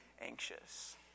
anxious